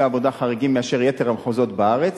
עבודה חריגים לעומת יתר המחוזות בארץ.